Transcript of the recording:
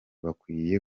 bakwiye